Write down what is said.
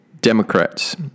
Democrats